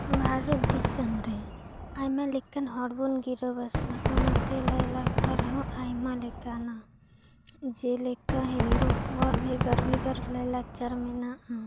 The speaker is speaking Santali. ᱵᱷᱟᱨᱚᱛ ᱫᱤᱥᱚᱢ ᱨᱮ ᱟᱭᱢᱟ ᱞᱮᱠᱟᱱ ᱦᱚᱲᱵᱚᱱ ᱜᱤᱨᱟᱹᱵᱟᱥᱟ ᱚᱱᱟᱛᱮ ᱞᱟᱹᱭ ᱞᱟᱠᱪᱟᱨ ᱦᱚᱸ ᱟᱭᱢᱟ ᱞᱮᱠᱟᱱᱟ ᱡᱮᱞᱮᱠᱟ ᱦᱤᱱᱫᱩ ᱠᱚᱣᱟ ᱵᱷᱮᱜᱟᱨ ᱵᱷᱮᱜᱟᱨ ᱞᱟᱹᱭ ᱞᱟᱠᱪᱟᱨ ᱢᱮᱱᱟᱜᱼᱟ